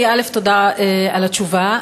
גברתי, תודה על התשובה.